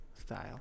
style